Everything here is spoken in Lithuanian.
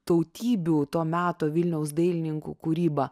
tautybių to meto vilniaus dailininkų kūrybą